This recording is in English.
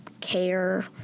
care